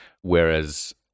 whereas